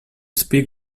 speak